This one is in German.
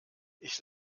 ich